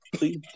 Please